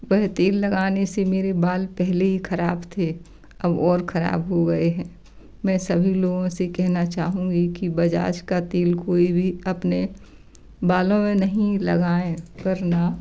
वह तेल लगाने से मेरे बाल पहले ही खराब थे अब और ख़राब हो गए हैं मैं सभी लोगों से कहना चाहूँगी कि बजाज का तेल कोई भी अपने बालों में नही लगाएं वरना